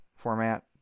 format